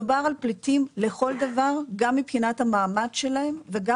מדובר על פליטים לכל דבר גם מבחינת המעמד שלהם וגם